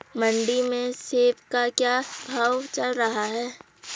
मंडी में सेब का क्या भाव चल रहा है?